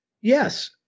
Yes